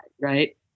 Right